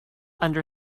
under